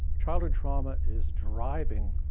childhood trauma is driving